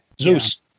Zeus